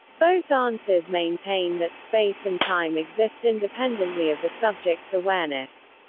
both answers maintain that space and time exist independently of the subject's awareness.